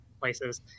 places